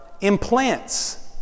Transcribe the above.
implants